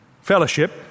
fellowship